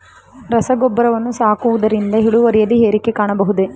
ರಸಗೊಬ್ಬರವನ್ನು ಹಾಕುವುದರಿಂದ ಇಳುವರಿಯಲ್ಲಿ ಏರಿಕೆ ಕಾಣಬಹುದೇ?